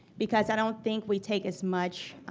because i don't think we take as much